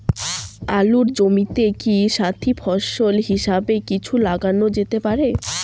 আলুর জমিতে কি সাথি ফসল হিসাবে কিছু লাগানো যেতে পারে?